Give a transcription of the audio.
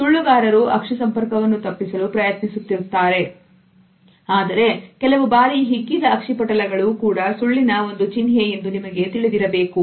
ಸುಳ್ಳುಗಾರರು ಅಕ್ಷಿ ಸಂಪರ್ಕವನ್ನು ತಪ್ಪಿಸಲು ಪ್ರಯತ್ನಿಸುತ್ತಿರುತ್ತಾರೆ ಆದರೆ ಕೆಲವು ಬಾರಿ ಹಿಗ್ಗಿದ ಅಕ್ಷಿಪಟಲಗಳು ಕೂಡ ಸುಳ್ಳಿನ ಒಂದು ಚಿನ್ಹೆ ಎಂದು ನಿಮಗೆ ತಿಳಿದಿರಲಿ